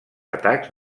atacs